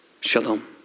Shalom